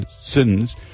sins